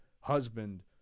husband